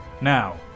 now